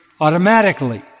Automatically